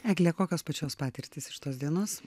egle kokios pačios patirtys iš tos dienos